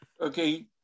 okay